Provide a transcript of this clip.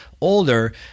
older